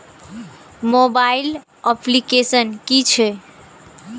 Mobile application कि छै?